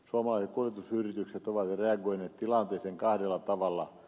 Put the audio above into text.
suomalaiset kuljetusyritykset ovat reagoineet tilanteeseen kahdella tavalla